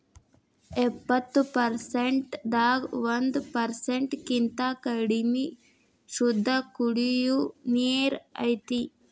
ಎಪ್ಪತ್ತು ಪರಸೆಂಟ್ ದಾಗ ಒಂದ ಪರಸೆಂಟ್ ಕಿಂತ ಕಡಮಿ ಶುದ್ದ ಕುಡಿಯು ನೇರ ಐತಿ